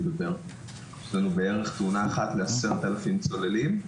יש לנו בערך תאונה אחת ל-10,000 צוללים.